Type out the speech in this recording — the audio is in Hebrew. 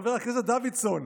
חבר הכנסת דוידסון?